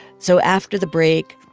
so after the break,